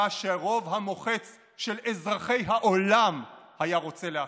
ההנהגה שהרוב המוחץ של אזרחי העולם היה רוצה לעצמו.